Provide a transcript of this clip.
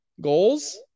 Goals